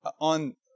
on